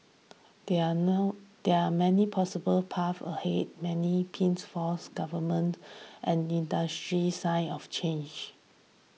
there are no there are many possible pathways ahead many potential pitfalls governments and industry signs of change